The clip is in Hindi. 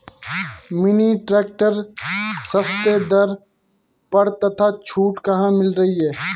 मिनी ट्रैक्टर सस्ते दर पर तथा छूट कहाँ मिल रही है?